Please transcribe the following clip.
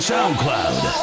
SoundCloud